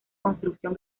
construcción